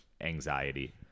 anxiety